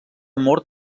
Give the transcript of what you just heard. mort